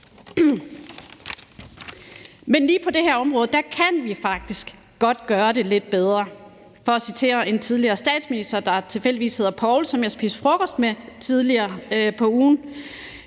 Men lige på det her område kan vi faktisk godt gøre det lidt bedre, for at citere en tidligere statsminister, der tilfældigvis hedder Poul, og som jeg spiste frokost med tidligere på ugen.